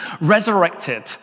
resurrected